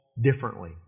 differently